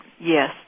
Yes